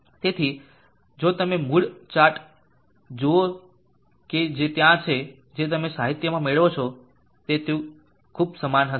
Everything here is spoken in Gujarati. તેથી જો તમે મૂડ્ડ ચાર્ટ જુઓ કે જે ત્યાં છે જે તમે સાહિત્યમાં મેળવો છો તો તે ખૂબ સમાન હશે